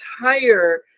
entire